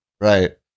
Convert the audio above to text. Right